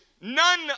none